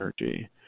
energy